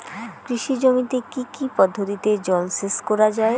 কৃষি জমিতে কি কি পদ্ধতিতে জলসেচ করা য়ায়?